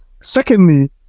Secondly